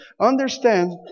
Understand